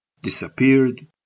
disappeared